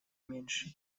меньше